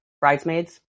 bridesmaids